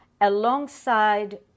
alongside